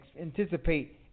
anticipate